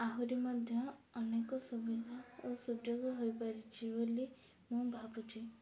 ଆହୁରି ମଧ୍ୟ ଅନେକ ସୁବିଧା ଓ ସୁଯୋଗ ହୋଇପାରିଛି ବୋଲି ମୁଁ ଭାବୁଛିି